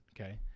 Okay